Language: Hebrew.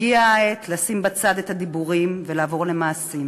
הגיעה העת לשים בצד את הדיבורים ולעבור למעשים.